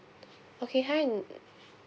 okay hi